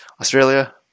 Australia